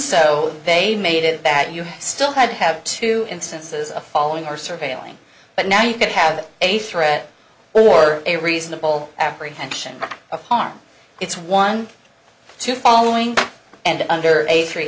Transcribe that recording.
so they've made it that you still have to have two instances of following or surveilling but now you could have a threat or a reasonable apprehension of harm it's one or two following and under a three